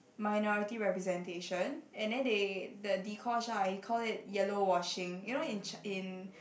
minority representation and then they the Dee-Kosh ah he call it yellow washing you know in ch~ in